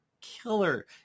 killer